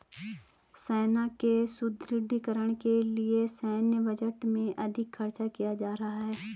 सेना के सुदृढ़ीकरण के लिए सैन्य बजट में अधिक खर्च किया जा रहा है